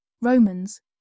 Romans